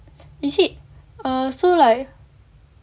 is it err so like